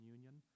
Union